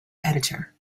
editor